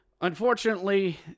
Unfortunately